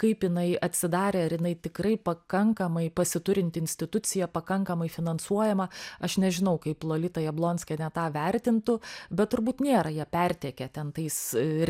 kaip jinai atsidarė ar jinai tikrai pakankamai pasiturinti institucija pakankamai finansuojama aš nežinau kaip lolita jablonskienė tą vertintų bet turbūt nėra jie pertekę ten tais